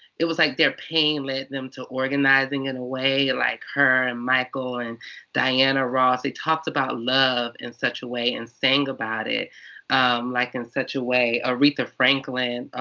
it was like their pain led them to organizing in a way, like, her and michael and diana ross. they talked about love in such a way and sang about it like in such a way. aretha franklin. oh,